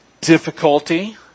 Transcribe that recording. Difficulty